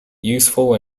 useful